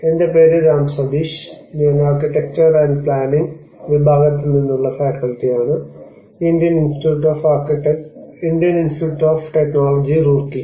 എന്റെ പേര് രാം സതീഷ് ഞാൻ ആർക്കിടെക്ചർ ആന്റ് പ്ലാനിംഗ് വിഭാഗത്തിൽ നിന്നുള്ള ഫാക്കൽറ്റിയാണ് Indian Institute of Technology Roorkee